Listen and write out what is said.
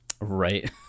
Right